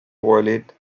violate